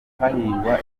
hahingwa